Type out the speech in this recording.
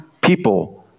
people